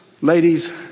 ladies